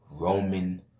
Roman